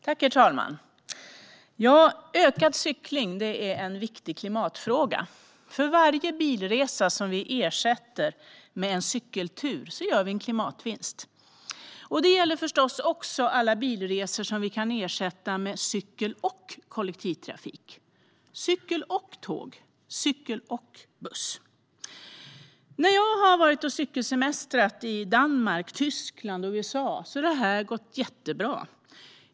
Herr talman! Ökad cykling är en viktig klimatfråga. För varje bilresa som vi ersätter med en cykeltur gör vi en klimatvinst. Det gäller förstås alla bilresor som vi kan ersätta med cykel och kollektivtrafik. Cykel och tåg. Cykel och buss. När jag har cykelsemestrat i Danmark, Tyskland och USA har det här gått jättebra.